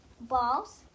balls